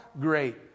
great